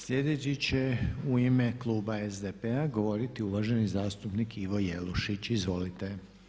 Sljedeći će u ime kluba SDP-a govoriti uvaženi zastupnik Ivo Jelušić, izvolite.